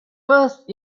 first